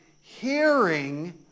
hearing